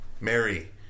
Mary